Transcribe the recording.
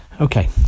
Okay